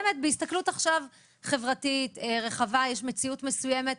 בהסתכלות חברתית רחבה כשיש מציאות מסוימת.